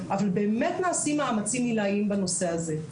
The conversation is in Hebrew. אבל באמת נעשים מאמצים עילאיים בנושא הזה.